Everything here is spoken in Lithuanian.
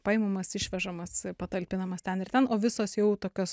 paimamas išvežamas patalpinamas ten ir ten o visos jau tokios